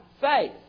faith